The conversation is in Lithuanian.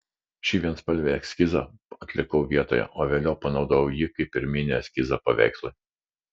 šį vienspalvį eskizą atlikau vietoje o vėliau panaudojau jį kaip pirminį eskizą paveikslui